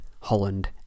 Holland